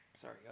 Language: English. Sorry